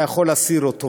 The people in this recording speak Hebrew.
אתה יכול להסיר אותו,